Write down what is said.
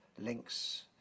links